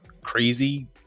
crazy